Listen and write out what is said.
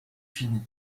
finie